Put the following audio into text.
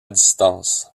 distance